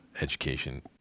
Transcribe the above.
education